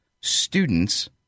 students